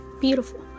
Beautiful